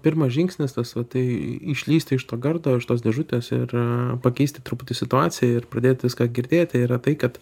pirmas žingsnis tas va tai išlįsti iš to gardo iš tos dėžutės ir pakeisti truputį situaciją ir pradėt viską girdėti yra tai kad